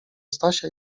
stasia